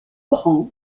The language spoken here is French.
grand